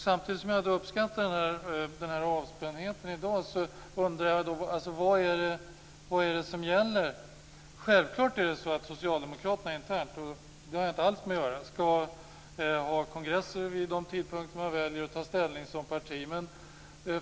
Samtidigt som jag uppskattar den här avspändheten i dag undrar jag vad som gäller. Självklart är det så att socialdemokraterna internt - det har jag inte alls med att göra - skall hålla sina kongresser vid de tidpunkter de väljer och att de skall ta ställning som parti.